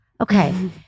Okay